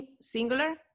singular